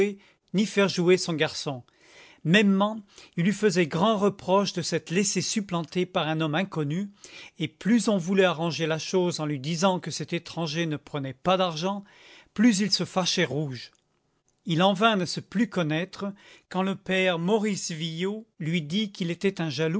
ni faire jouer son garçon mêmement il lui faisait grand reproche de s'être laissé supplanter par un homme inconnu et plus on voulait arranger la chose en lui disant que cet étranger ne prenait pas d'argent plus il se fâchait rouge il en vint à ne se plus connaître quand le père maurice viaud lui dit qu'il était un